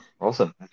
Awesome